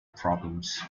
problems